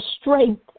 strength